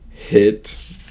Hit